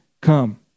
come